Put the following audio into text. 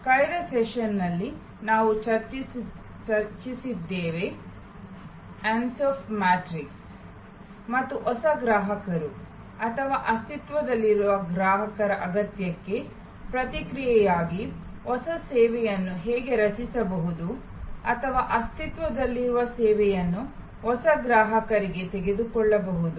ಕಳೆದ ಸೆಷನ್ನಲ್ಲಿ ನಾವು ಚರ್ಚಿಸಿದ್ದೇವೆ ಅನ್ಸಾಫ್ ಮ್ಯಾಟ್ರಿಕ್ಸ್ ಮತ್ತು ಹೊಸ ಗ್ರಾಹಕರು ಅಥವಾ ಅಸ್ತಿತ್ವದಲ್ಲಿರುವ ಗ್ರಾಹಕರ ಅಗತ್ಯಕ್ಕೆ ಪ್ರತಿಕ್ರಿಯೆಯಾಗಿ ಹೊಸ ಸೇವೆಯನ್ನು ಹೇಗೆ ರಚಿಸಬಹುದು ಅಥವಾ ಅಸ್ತಿತ್ವದಲ್ಲಿರುವ ಸೇವೆಯನ್ನು ಹೊಸ ಗ್ರಾಹಕರಿಗೆ ತೆಗೆದುಕೊಳ್ಳಬಹುದು